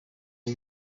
ari